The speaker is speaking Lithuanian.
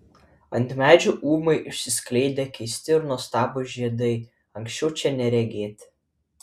ant medžių ūmai išsiskleidė keisti ir nuostabūs žiedai anksčiau čia neregėti